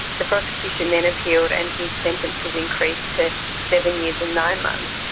the prosecution then appealed and his sentence was increased to seven years and nine months,